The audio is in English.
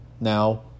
Now